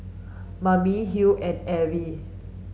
Mame Huy and Abb